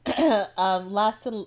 Last